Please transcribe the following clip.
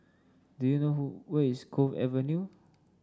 do you know who where is Cove Avenue